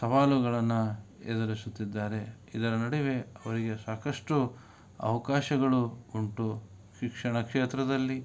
ಸವಾಲುಗಳನ್ನು ಎದುರಿಸುತ್ತಿದ್ದಾರೆ ಇದರ ನಡುವೆ ಅವರಿಗೆ ಸಾಕಷ್ಟು ಅವಕಾಶಗಳು ಉಂಟು ಶಿಕ್ಷಣ ಕ್ಷೇತ್ರದಲ್ಲಿ